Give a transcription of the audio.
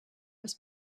was